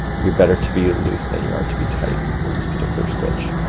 you're better to be loose than you are to be tight in this particular stitch.